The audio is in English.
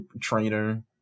trainer